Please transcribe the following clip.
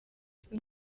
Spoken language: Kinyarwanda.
twe